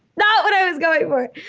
not what i was going for.